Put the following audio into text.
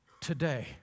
today